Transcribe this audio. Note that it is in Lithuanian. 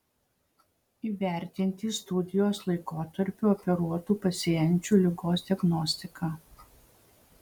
įvertinti studijos laikotarpiu operuotų pacienčių ligos diagnostiką